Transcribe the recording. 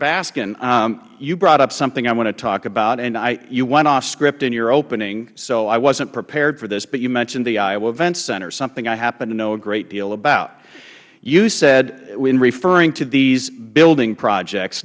baskin you brought up something i want to talk about and you went off script in your opening so i wasnt prepared for this but you mentioned the iowa events center something i happen to know a great deal about you said when referring to these building projects